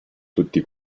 tutti